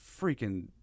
freaking